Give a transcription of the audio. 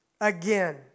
again